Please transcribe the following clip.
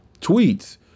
tweets